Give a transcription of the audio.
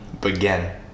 begin